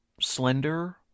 slender